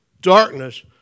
darkness